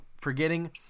forgetting